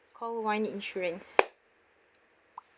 call one insurance